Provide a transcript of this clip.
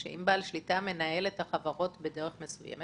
אם בעל שליטה מנהל את החברות בדרך מסוימת,